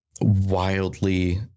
wildly